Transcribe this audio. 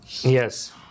yes